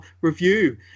review